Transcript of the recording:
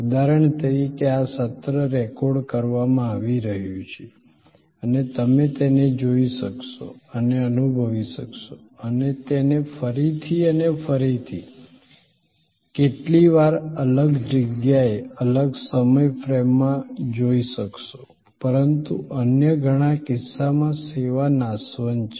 ઉદાહરણ તરીકે આ સત્ર રેકોર્ડ કરવામાં આવી રહ્યું છે અને તમે તેને જોઈ શકશો અને અનુભવી શકશો અને તેને ફરીથી અને ફરીથી કેટલી વાર અલગ જગ્યાએ અલગ સમય ફ્રેમમાં જોઈ શકશો પરંતુ અન્ય ઘણા કિસ્સાઓમાં સેવા નાશવંત છે